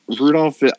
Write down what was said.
Rudolph